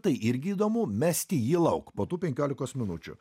tai irgi įdomu mesti jį lauk po tų penkiolikos minučių